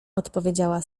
odpowiedziała